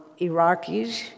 Iraqis